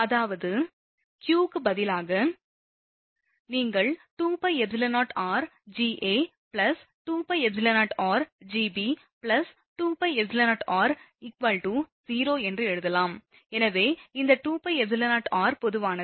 அதாவது q க்கு பதிலாக நீங்கள் 2πεorGa 2πεorGb 2πεorGc 0 என்று எழுதலாம் எனவே இந்த 2πεor பொதுவானது